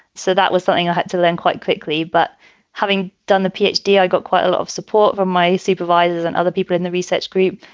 so that was something i had to learn quite quickly. but having done the p h d, i got quite a lot of support from my supervisors and other people in the research group.